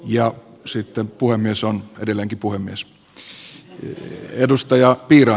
ja sitten puhemies on edelleenkin puhemies